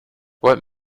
what